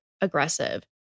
aggressive